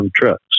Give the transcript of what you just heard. trucks